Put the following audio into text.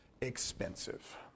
expensive